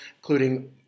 including